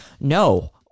no